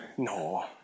No